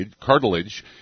cartilage